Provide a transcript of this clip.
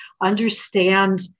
understand